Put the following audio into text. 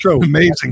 amazing